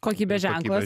kokybės ženklas